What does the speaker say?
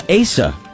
Asa